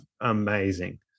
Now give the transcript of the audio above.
amazing